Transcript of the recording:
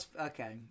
Okay